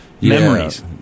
memories